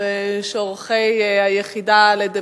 אורחי היחידה לדמוקרטיה,